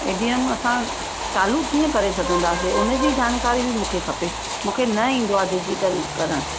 ए T M असां चालू कीअं करे सघदासीं उनजी जानकरी बि मूंखे खपे मूंखे न ईंदो आहे डिजिटल करणु